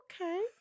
Okay